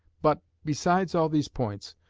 but, besides all these points,